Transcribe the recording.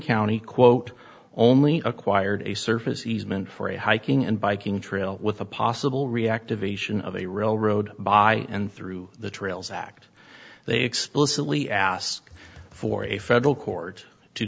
county quote only acquired a surface easement for a hiking and biking trail with a possible reactivation of a railroad by and through the trails act they explicitly ask for a federal court to